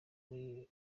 muri